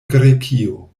grekio